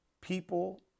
People